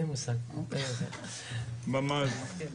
יאפשר גם לראש אגף התנועה שיהיה